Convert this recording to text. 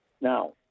Now